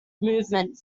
movement